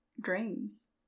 dreams